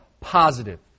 positive